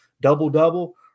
Double-double